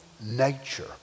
nature